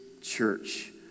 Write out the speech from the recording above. church